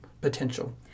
potential